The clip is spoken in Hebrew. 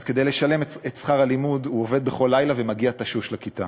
אז כדי לשלם את שכר הלימוד הוא עובד בכל לילה ומגיע תשוש לכיתה.